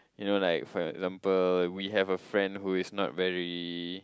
you know like for example we have a friend who is not very